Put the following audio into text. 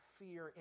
fear